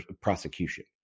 prosecution